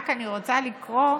רק אני רוצה לקרוא,